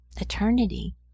eternity